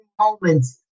moments